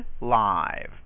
live